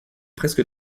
presque